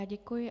Děkuji.